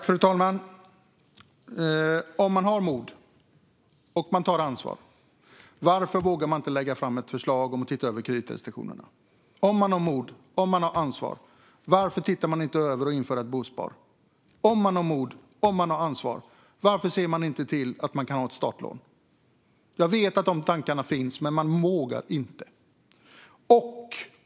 Fru talman! Om man har mod och tar ansvar, varför vågar man då inte lägga fram ett förslag om att se över kreditrestriktionerna? Om man har mod och tar ansvar, varför ser man då inte över möjligheten att införa bospar? Om man har mod och tar ansvar, varför ser man då inte till att det går att ta startlån? Jag vet att de tankarna finns, men man vågar inte.